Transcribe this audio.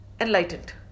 enlightened